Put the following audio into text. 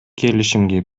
келишимге